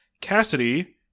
Cassidy